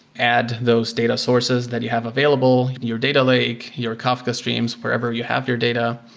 add those data sources that you have available, your data lake, your kafka streams, wherever you have your data.